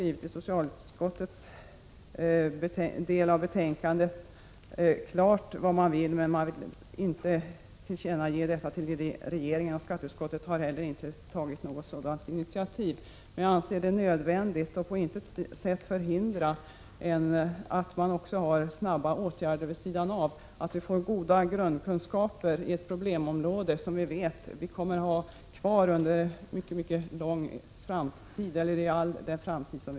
I socialutskottets yttrande står det klart skrivet vad man vill, men man vill inte göra något tillkännagivande, och skatteutskottet har inte tagit några initiativ till en sådan kartläggning. Jag anser emellertid att det är nödvändigt och att det inte på något sätt finns hinder för att man också genomför snara åtgärder vid sidan av, att vi skaffar oss goda grundkunskaper när det gäller ett problem som kommer att finnas kvar i all framtid.